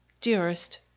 Dearest